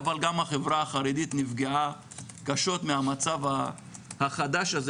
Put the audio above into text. אבל גם החברה החרדית נפגעה קשות מהמצב החדש הזה